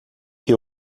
que